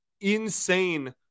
insane